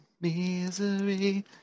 misery